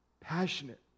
passionate